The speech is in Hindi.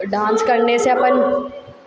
डांस करने से अपन